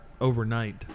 overnight